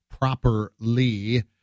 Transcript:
properly